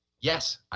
Yes